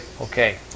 okay